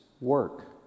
work